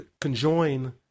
conjoin